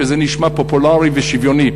שזה נשמע פופולרי ושוויוני.